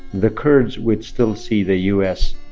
the kurds would still see the u s.